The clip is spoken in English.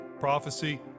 prophecy